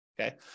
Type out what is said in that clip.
okay